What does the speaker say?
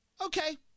Okay